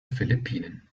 philippinen